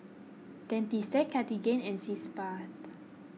Dentiste Cartigain and Sitz Bath